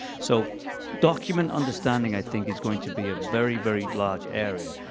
so document understanding, i think, is going to be a very, very large area.